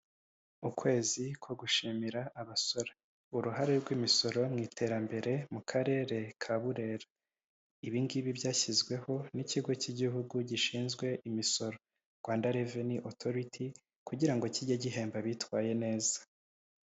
Ukwezi ko gushimira abasora, uruhare rw'imisoro mu iterambere mu karere ka Burera. Ibi ngibi byashyizweho n'ikigo cy'igihugu gishinzwe imisoro Rwanda reveni otoriti kugira ngo kijye gihemba abitwaye neza.